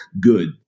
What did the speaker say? good